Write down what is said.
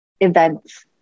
events